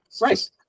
Right